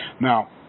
Now